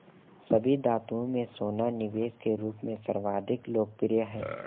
सभी धातुओं में सोना निवेश के रूप में सर्वाधिक लोकप्रिय है